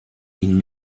ihn